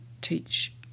teach